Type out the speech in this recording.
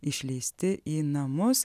išleisti į namus